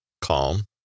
calm